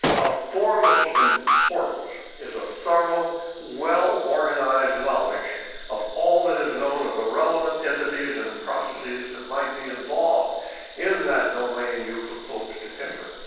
of foremost importance is a thorough, well-organized knowledge of all that is known of the relevant entities and processes that might be involved in domain you propose to enter.